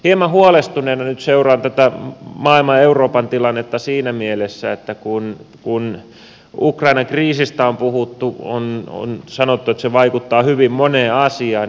hieman huolestuneena nyt seuraan tätä maailman ja euroopan tilannetta siinä mielessä että kun ukrainan kriisistä on puhuttu on sanottu että se vaikuttaa hyvin moneen asiaan